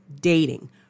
dating